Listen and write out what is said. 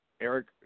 Eric